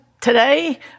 today